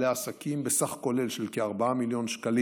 עסקים בסכום כולל של כ-4 מיליון שקלים